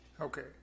Okay